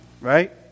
right